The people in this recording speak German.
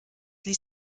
ließ